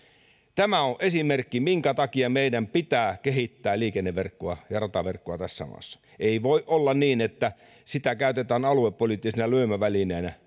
tämä on esimerkki minkä takia meidän pitää kehittää liikenneverkkoa ja rataverkkoa tässä maassa ei voi olla niin että sitä käytetään aluepoliittisena lyömävälineenä